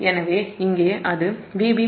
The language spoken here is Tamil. எனவே இங்கே அது Vb Zf Ib